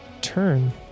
turn